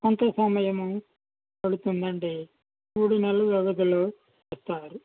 అంతే సమయము పడుతుందండీ మూడు నెలలు వ్యవధిలో ఇస్తారు